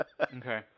Okay